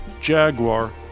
Jaguar